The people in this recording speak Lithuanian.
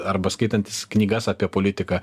arba skaitantis knygas apie politiką